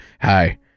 hi